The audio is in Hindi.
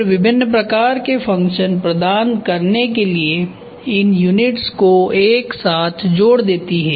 फिर विभिन्न प्रकार के फ़ंक्शन प्रदान करने के लिए इन यूनिट्स को एक साथ जोड़ देती है